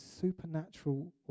supernatural